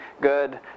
good